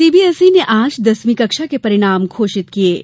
CBSC ने आज दसवीं कक्षा के परिणाम घोषित किये हैं